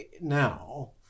now